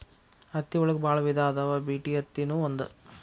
ಹತ್ತಿ ಒಳಗ ಬಾಳ ವಿಧಾ ಅದಾವ ಬಿಟಿ ಅತ್ತಿ ನು ಒಂದ